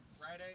Friday